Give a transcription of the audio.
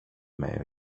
mig